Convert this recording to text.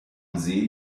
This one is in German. see